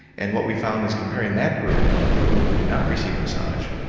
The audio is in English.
and what we found is comparing that group to a group who did not receive massage,